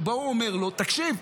הוא אומר לו: תקשיב,